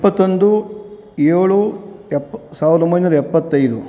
ಇಪ್ಪತ್ತೊಂದು ಏಳು ಯಪ್ ಸಾವಿರದ ಒಂಬೈನೂರ ಎಪ್ಪತ್ತೈದು